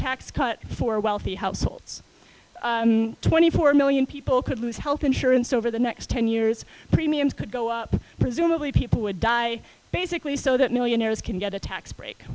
tax cut for wealthy households twenty four million people could lose health insurance over the next ten years premiums could go up presumably people would die basically so that millionaires can get a tax break